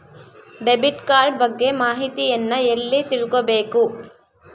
Debit card ಬಗ್ಗೆ ಮಾಹಿತಿಯನ್ನ ಎಲ್ಲಿ ತಿಳ್ಕೊಬೇಕು?